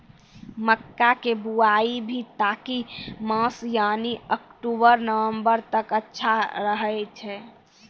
मक्का के बुआई भी कातिक मास यानी अक्टूबर नवंबर तक अच्छा रहय छै